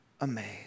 amazed